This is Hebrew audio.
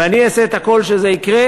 ואני אעשה את הכול כדי שזה יקרה.